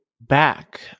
back